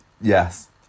Yes